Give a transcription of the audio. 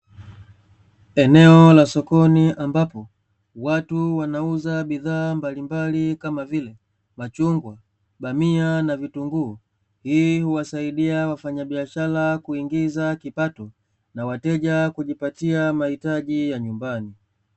Eneo la sokoni ambapo watu wanauza bidhaa mbalimbali kama vile; machungwa, bamia na vitunguu hii huwasaidia wafanyabiashara kuingiza kipato na wateja kujipatia mahitaji ya nyumbani.